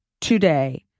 today